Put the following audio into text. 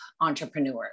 entrepreneurs